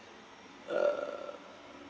uh